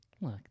look